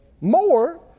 more